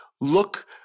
look